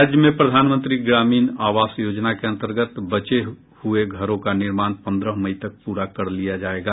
राज्य में प्रधानमंत्री ग्रामीण आवास योजना के अन्तर्गत बचे हये घरों को निर्माण पन्द्रह मई तक प्रा कर लिया जायेगा